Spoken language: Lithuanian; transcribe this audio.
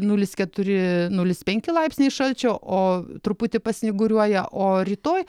nulis keturi nulis penki laipsniai šalčio o truputį pasnyguriuoja o rytoj